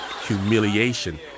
humiliation